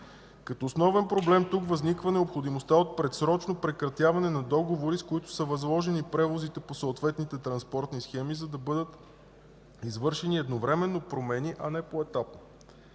Като основен проблем тук възниква необходимостта от предсрочно прекратяване на договори, с които са възложени превозите по съответните транспортни схеми, за да бъдат извършени едновременно промени, а не поетапно.